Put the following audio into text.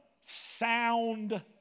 sound